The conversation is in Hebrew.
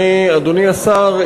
אדוני השר,